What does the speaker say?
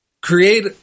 create